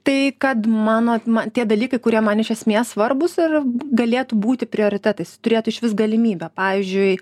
tai kad mano atma tie dalykai kurie man iš esmės svarbūs ir galėtų būti prioritetais turėtų išvis galimybę pavyzdžiui